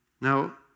Now